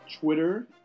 Twitter